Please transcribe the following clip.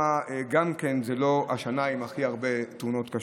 וגם אז זו לא השנה עם הכי הרבה תאונות קשות.